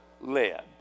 led